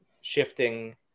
shifting